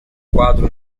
quadro